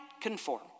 conform